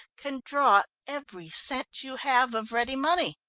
can draw every cent you have of ready money.